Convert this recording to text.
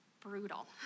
brutal